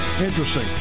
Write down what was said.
interesting